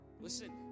Listen